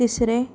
तिसरें